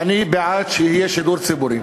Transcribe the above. אני בעד שיהיה שידור ציבורי.